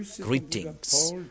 Greetings